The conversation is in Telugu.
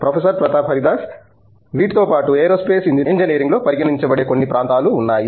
ప్రొఫెసర్ ప్రతాప్ హరిదాస్ వీటితో పాటు ఏరోస్పేస్ ఇంజనీరింగ్లో పరిగణించబడే కొన్ని ప్రాంతాలు ఉన్నాయి